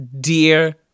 dear